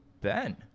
Ben